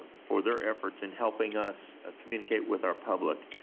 for their effort in helping us ah communicate with our public.